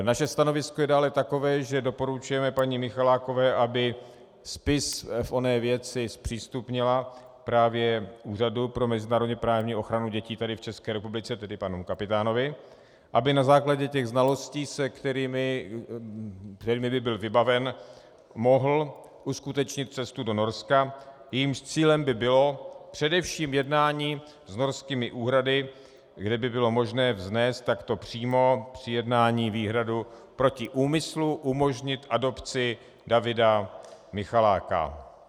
Naše stanovisko je dále takové, že doporučujeme paní Michalákové, aby spis v oné věci zpřístupnila právě Úřadu pro mezinárodněprávní ochranu dětí v České republice, tedy panu Kapitánovi, aby na základě znalostí, kterými by byl vybaven, mohl uskutečnit cestu do Norska, jejímž cílem by bylo především jednání s norskými úřady, kde by bylo možné vznést takto přímo při jednání výhradu proti úmyslu umožnit adopci Davida Michaláka.